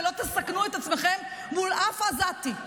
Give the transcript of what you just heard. ולא תסכנו את עצמכם מול אף עזתי.